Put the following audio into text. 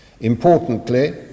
Importantly